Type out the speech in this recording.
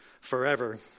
forever